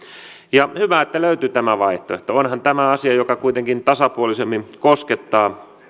hyvä että löytyi tämä vaihtoehto onhan tämä asia joka kuitenkin tasapuolisemmin koskettaa